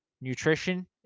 Nutrition